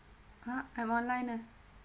!huh! I'm online ah